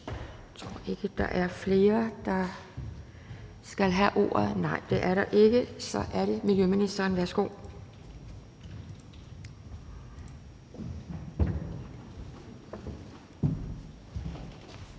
Jeg tror ikke, der er flere, der skal have ordet. Nej, det er der ikke. Så er det miljøministeren. Værsgo.